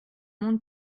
monde